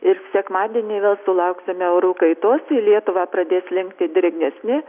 ir sekmadienį vėl sulauksime orų kaitos į lietuvą pradės slenkti drėgnesni